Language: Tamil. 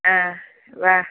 ஆ வ